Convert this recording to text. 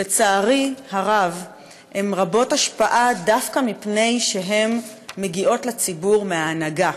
שלצערי הרב הן רבות השפעה דווקא מפני שהן מגיעות לציבור מההנהגה,